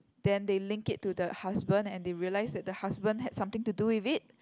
then they link it to the husband and they realize that the husband had something to do with it